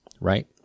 right